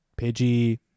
Pidgey